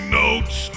notes